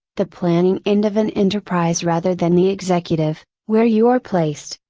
the planning end of an enterprise rather than the executive, where you are placed.